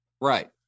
Right